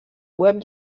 web